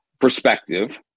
perspective